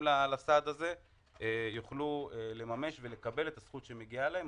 לסעד הזה אכן יוכלו לממש ולקבל את הזכות שמגיעה להם,